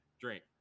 drink